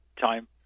time